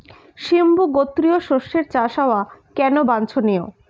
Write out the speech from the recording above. সিম্বু গোত্রীয় শস্যের চাষ হওয়া কেন বাঞ্ছনীয়?